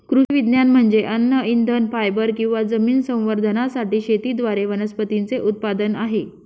कृषी विज्ञान म्हणजे अन्न इंधन फायबर किंवा जमीन संवर्धनासाठी शेतीद्वारे वनस्पतींचे उत्पादन आहे